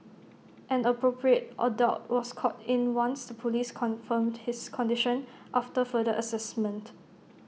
an appropriate adult was called in once the Police confirmed his condition after further Assessment